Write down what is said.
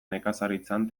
nekazaritzan